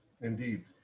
Indeed